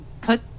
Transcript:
put